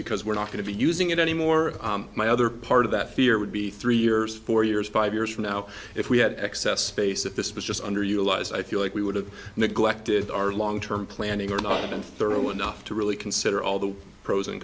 because we're not going to be using it anymore my other part of that fear would be three years four years five years from now if we had excess space if this was just underutilized i feel like we would have neglected our long term planning or not been thorough enough to really consider all the pros and